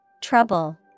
trouble